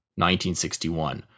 1961